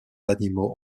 animaux